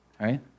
Right